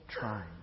trying